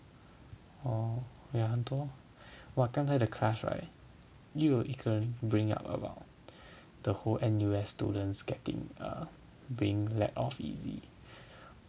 我有很多我刚才的 class right 又有一个人 bring up ah about the whole N_U_S students getting err being let off easy